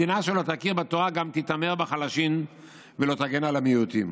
מדינה שלא תכיר בתורה גם תתעמר בחלשים ולא תגן על המיעוטים.